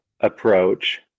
approach